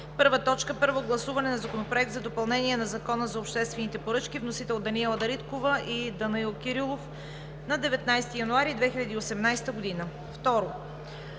2018 г.: „1. Първо гласуване на Законопроекта за допълнение на Закона за обществените поръчки. Вносители – Даниела Дариткова и Данаил Кирилов, 19 януари 2018 г.